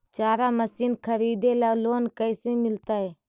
चारा मशिन खरीदे ल लोन कैसे मिलतै?